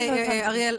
אריאל,